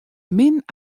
min